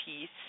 peace